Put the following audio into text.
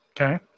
Okay